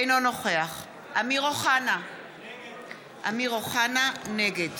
אינו נוכח אמיר אוחנה, נגד